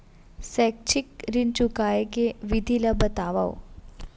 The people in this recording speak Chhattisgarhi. शैक्षिक ऋण चुकाए के विधि ला बतावव